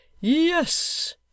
Yes